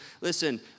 Listen